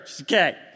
Okay